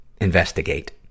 investigate